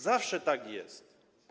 Zawsze tak jest.